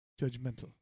judgmental